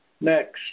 Next